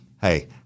Hey